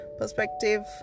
perspective